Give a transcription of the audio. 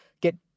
get